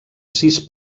sis